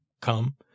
come